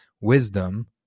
wisdom